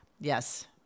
yes